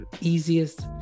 easiest